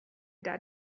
that